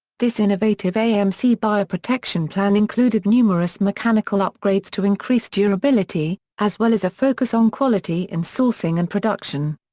this innovative amc buyer protection plan included numerous mechanical upgrades to increase durability, as well as a focus on quality in sourcing and production.